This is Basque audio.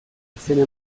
izena